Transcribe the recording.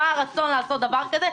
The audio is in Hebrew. מה הרצון לעשות דבר כזה.